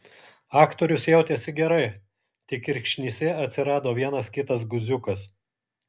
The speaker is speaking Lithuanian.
aktorius jautėsi gerai tik kirkšnyse atsirado vienas kitas guziukas